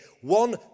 One